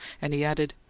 and he added,